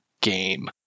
game